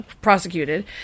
prosecuted